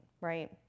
right